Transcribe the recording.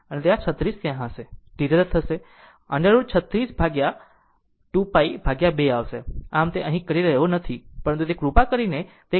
અને 36 ત્યાં હશે T T રદ થશે√36 2π 2 આવશે આમ અહીં તે કરી રહ્યો નથી પરંતુ કૃપા કરીને તે કરો